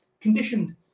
conditioned